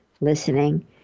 listening